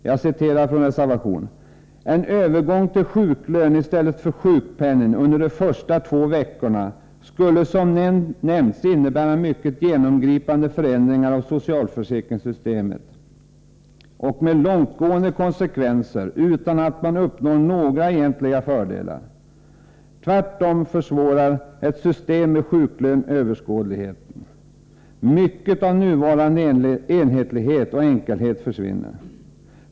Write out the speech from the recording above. Jag citerar ur reservationen: ”En övergång till sjuklön i stället för sjukpenning under de första två veckorna skulle som nämnts innebära mycket genomgripande förändringar av socialförsäkringssystemet och med långtgående konsekvenser utan att man uppnår några egentliga fördelar. Tvärtom försvårar ett system med sjuklön överskådligheten. Mycket av nuvarande enhetlighet och enkelhet försvinner. ———.